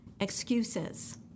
excuses